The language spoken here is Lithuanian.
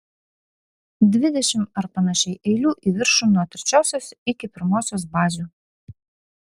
dvidešimt ar panašiai eilių į viršų nuo trečiosios iki pirmosios bazių